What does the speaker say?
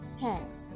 thanks